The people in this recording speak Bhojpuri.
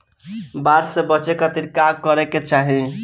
बाढ़ से बचे खातिर का करे के चाहीं?